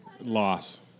Loss